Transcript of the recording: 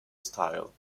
style